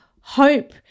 hope